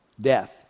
death